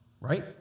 right